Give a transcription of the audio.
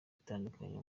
itandukanya